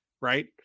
right